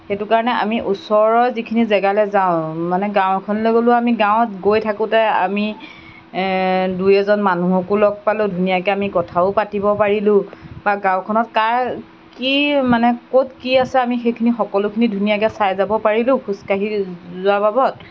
সেইটো কাৰণে আমি ওচৰৰ যিখিনি জেগালৈ যাওঁ মানে গাঁৱ এখনলৈ গ'লেও আমি গাঁৱত গৈ থাকোঁতে আমি দুই এজন মানুহকো লগ পালোঁ ধুনীয়াকৈ আমি কথাও পাতিব পাৰিলোঁ বা গাঁৱখনত কাৰ কি মানে ক'ত কি আছে আমি সেইখিনি সকলোখিনি ধুনীয়াকৈ চাই যাব পাৰিলোঁ খোজকাঢ়ি যোৱাৰ বাবত